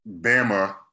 Bama